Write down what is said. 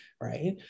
right